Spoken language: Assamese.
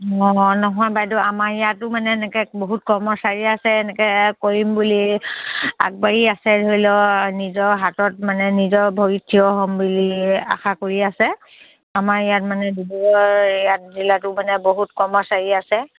অঁ নহয় বাইদেউ আমাৰ ইয়াতো মানে এনেকৈ বহুত কৰ্মচাৰী আছে এনেকৈ কৰিম বুলি আগবাঢ়ি আছে ধৰি লওক নিজৰ হাতত মানে নিজৰ ভৰিত থিয় হ'ম বুলি আশা কৰি আছে আমাৰ ইয়াত মানে ডিব্ৰুগড় ইয়াত জিলাটো মানে বহুত কৰ্মচাৰী আছে